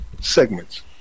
segments